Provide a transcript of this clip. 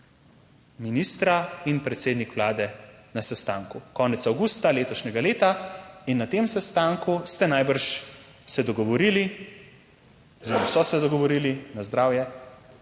Ministra in predsednik Vlade na sestanku konec avgusta letošnjega leta. In na tem sestanku ste najbrž se dogovorili oziroma so se dogovorili, da se